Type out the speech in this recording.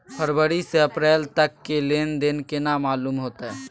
फरवरी से अप्रैल तक के लेन देन केना मालूम होते?